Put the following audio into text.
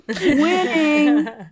winning